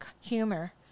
humor